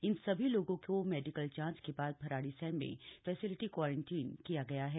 इन सभी लोगों को मेडिकल जांच के बाद भराड़ीसैंण में फैसिलिटी क्वारंटाइन किया गया है